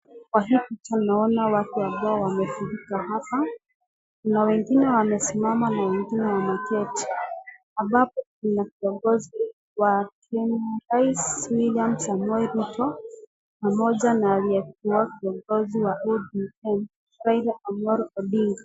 Hapa tunaona watu ambao wamefurika hapa na wengine wamesimama na wengine wameketi ,ambapo kuna kiongozi wa Kenya, rais William Samoei Ruto pamoja na aliyekuwa kiongozi wa ODM ,Raila Amollo Odinga.